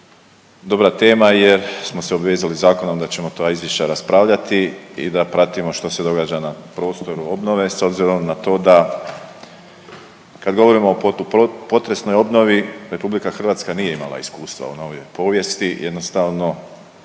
dobra tema jer smo se obvezali zakonom da ćemo ta izvješća raspravljati i da pratimo što se događa na prostoru obnove s obzirom na to da kad govorimo o protupotresnoj obnovi RH nije imala iskustva u novijoj povijesti, jednostavno